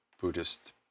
Buddhist